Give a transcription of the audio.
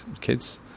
kids